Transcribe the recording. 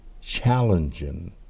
challenging